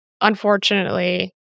unfortunately